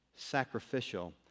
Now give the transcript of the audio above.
sacrificial